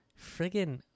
Friggin